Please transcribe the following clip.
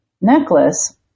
necklace